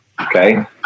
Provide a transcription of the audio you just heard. okay